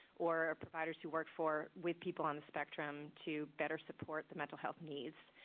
or providers who work for with people on the spectrum to better support the mental health needs,